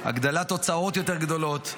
הגדלת הוצאות יותר גדולה,